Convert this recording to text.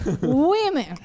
women